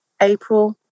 April